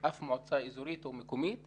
שאר המשרות שלא מאוישות זה בעיקר נציגי משרדי ממשלה